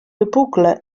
wypukle